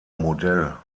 modell